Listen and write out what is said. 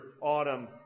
autumn